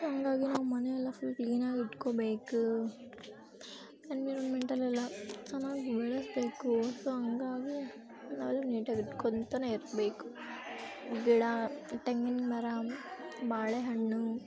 ಹಾಗಾಗಿ ನಾವು ಮನೆಯೆಲ್ಲ ಫುಲ್ ಕ್ಲೀನಾಗಿ ಇಟ್ಕೋಬೇಕು ಎನ್ವಿರೋನ್ಮೆಂಟಲ್ಲೆಲ್ಲ ಚೆನ್ನಾಗಿ ಬೆಳೆಸ್ಬೇಕು ಸೊ ಹಂಗಾಗಿ ನಾವೆಲ್ಲ ನೀಟಾಗಿ ಇಟ್ಕೊಳ್ತನೇ ಇರಬೇಕು ಗಿಡ ತೆಂಗಿನ ಮರ ಬಾಳೆಹಣ್ಣು